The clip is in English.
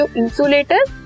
insulators